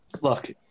Look